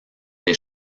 des